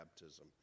baptism